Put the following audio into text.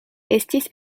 estis